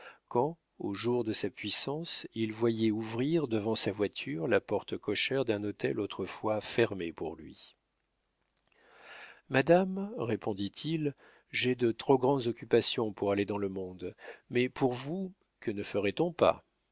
quand aux jours de sa puissance il voyait ouvrir devant sa voiture la porte cochère d'un hôtel autrefois fermé pour lui madame répondit-il j'ai de trop grandes occupations pour aller dans le monde mais pour vous que ne ferait-on pas